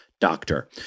doctor